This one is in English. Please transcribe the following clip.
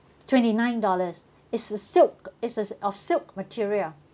twenty nine dollars it's a silk it's a s~ of silk material